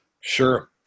Sure